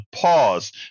pause